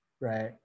right